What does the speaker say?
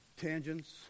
Tangents